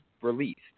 released